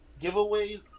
giveaways